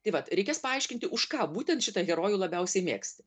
tai vat reikės paaiškinti už ką būtent šitą herojų labiausiai mėgsti